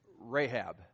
Rahab